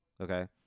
Okay